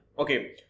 Okay